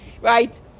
Right